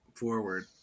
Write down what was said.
forward